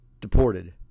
deported